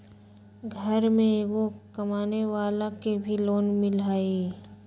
घर में एगो कमानेवाला के भी लोन मिलहई?